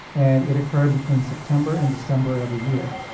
and it occurred between september and december every year.